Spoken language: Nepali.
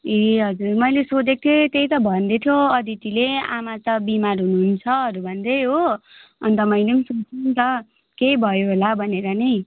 ए हजुर मैले सोधेको थिएँ त्यही त भन्दैथ्यो अदितीले आमा त बिमार हुनुहुन्छहरू भन्दै हो अन्त मैले पनि सोचेँ नि त केही भयो होला भनेर नै